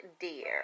dear